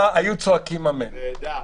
היו צועקים: אמן.